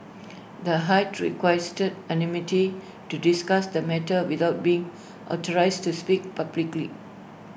the high requested anonymity to discuss the matter without being authorised to speak publicly